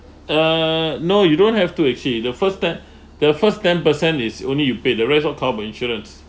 uh no you don't have to actually the first ten the first ten per cent is only you pay the rest all covered by insurance